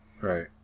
Right